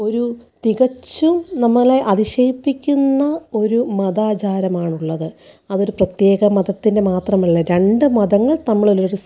ഒരു തികച്ചും നമ്മളെ അതിശയിപ്പിക്കുന്ന ഒരു മതാചാരമാണ് ഉള്ളത് അത് ഒരു പ്രത്യേക മതത്തിൻ്റെ മാത്രമല്ല രണ്ട് മതങ്ങൾ തമ്മിലുള്ള ഒരു